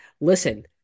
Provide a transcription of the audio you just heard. Listen